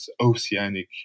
oceanic